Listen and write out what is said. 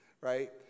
right